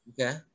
Okay